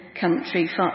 country